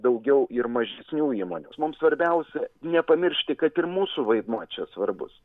daugiau ir mažesnių įmonių mums svarbiausia nepamiršti kad ir mūsų vaidmuo čia svarbus